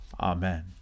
Amen